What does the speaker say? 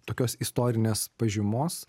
tokios istorinės pažymos